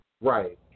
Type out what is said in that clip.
right